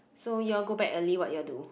so you'll go back early what you'll do